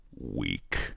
Weak